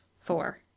four